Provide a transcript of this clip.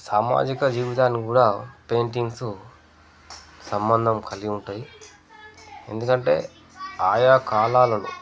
సామాజిక జీవితాన్ని కూడా పెయింటింగ్సు సంబంధం కలిగి ఉంటాయి ఎందుకంటే ఆయా కాలాలను